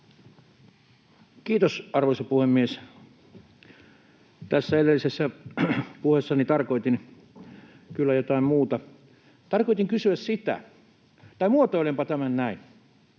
Kiitos, arvoisa puhemies! Edellisessä puheessani tarkoitin kyllä jotain muuta. Tarkoitin kysyä sitä... Tai muotoilenpa tämän näin: